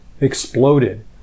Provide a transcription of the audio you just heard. exploded